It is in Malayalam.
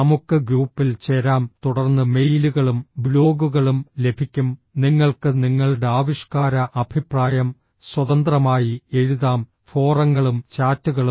നമുക്ക് ഗ്രൂപ്പിൽ ചേരാം തുടർന്ന് മെയിലുകളും ബ്ലോഗുകളും ലഭിക്കും നിങ്ങൾക്ക് നിങ്ങളുടെ ആവിഷ്കാര അഭിപ്രായം സ്വതന്ത്രമായി എഴുതാം ഫോറങ്ങളും ചാറ്റുകളും